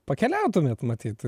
pakeliautumėt matyt